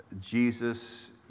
Jesus